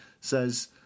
says